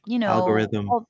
algorithm